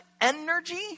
energy